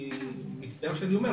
כמובן ששם יותר נח,